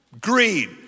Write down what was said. greed